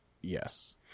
Yes